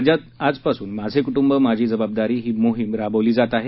राज्यात आजपासून माझे कुटुंब माझी जबाबदारी ही मोहिम राबविण्यात येत आहे